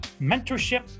mentorship